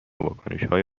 واکنشهای